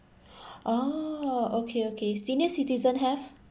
oh okay okay senior citizen have